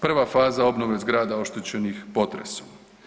Prva faza obnova zgrada oštećenih potresom.